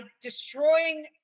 destroying